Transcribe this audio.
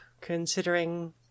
considering